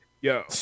Yo